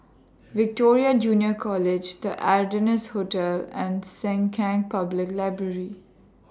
Victoria Junior College The Ardennes Hotel and Sengkang Public Library